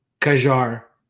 Kajar